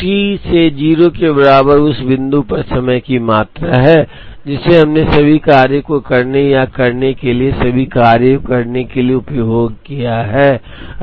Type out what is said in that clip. t से 0 के बराबर उस बिंदु पर उस समय की मात्रा है जिसे हमने सभी कार्यों को करने या करने के लिए या सभी कार्य करने के लिए उपभोग किया है